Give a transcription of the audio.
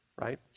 right